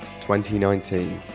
2019